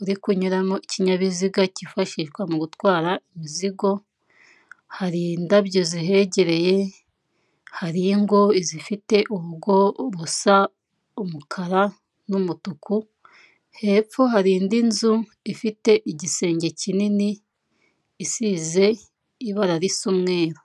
uri kunyuramo ikinyabiziga cyifashishwa mu gutwara imizigo, hari indabyo zihegereye, hari ingo i zifite urugo rusa umukara n'umutuku, hepfo hari indi nzu ifite igisenge kinini isize ibara risa umweru.